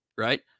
Right